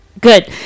good